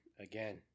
again